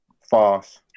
False